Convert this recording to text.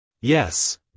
Yes